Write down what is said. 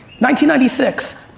1996